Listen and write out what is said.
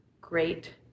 great